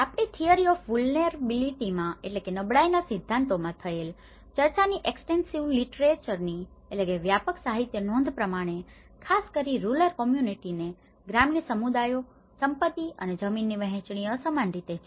આપણી theory of વુલનેરબીલીટીમાં theories of vulnerability નબળાઈના સિદ્ધાંતો થયેલ ચર્ચાથી એક્સટેનસીવ લિટરેચરની extensive literature વ્યાપક સાહિત્ય નોંધ પ્રમાણે ખાસ કરીને રૂરલ કોમ્યુનિટીસને rural communities ગ્રામીણ સમુદાયો સંપતિ અને જમીનની વહેંચણી અસમાન રીતે છે